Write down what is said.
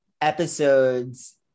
episodes